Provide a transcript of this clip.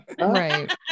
Right